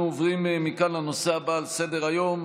אנחנו עוברים מכאן לנושא הבא על סדר-היום: